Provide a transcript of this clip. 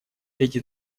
эти